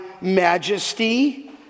majesty